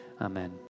Amen